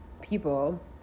people